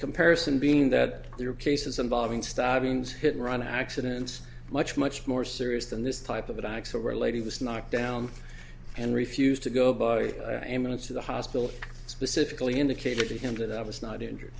comparison being that there are cases involving stabbings hit and run accidents much much more serious than this type of attacks over a lady was knocked down and refused to go boy i am going to the hospital specifically indicated to him that i was not injured